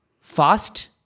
fast